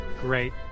Great